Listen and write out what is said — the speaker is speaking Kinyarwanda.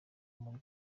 muli